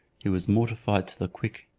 he was mortified to the quick.